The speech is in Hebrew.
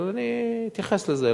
אבל אני אתייחס לזה,